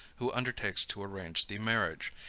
who undertakes to arrange the marriage,